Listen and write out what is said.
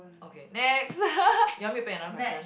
okay next you want me pick another question